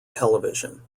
television